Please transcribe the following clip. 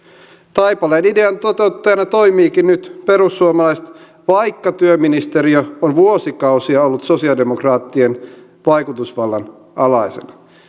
taipaleen idean toteuttajana toimivatkin nyt perussuomalaiset vaikka työministeriö on vuosikausia ollut sosialidemok raattien vaikutusvallan alaisena